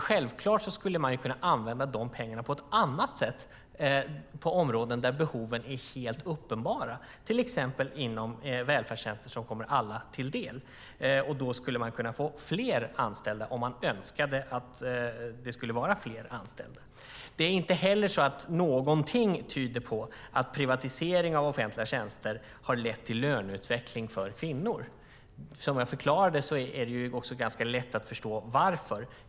Självklart skulle man kunna använda de pengarna på ett annat sätt på områden där behoven är helt uppenbara, till exempel för välfärdstjänster som kommer alla till del. Då skulle man kunna få fler anställda, om man önskade att det skulle vara fler anställda. Det är inte heller så att någonting tyder på att privatisering av offentliga tjänster har lett till löneutveckling för kvinnor. Som jag förklarade är det ganska lätt att förstå varför.